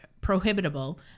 prohibitable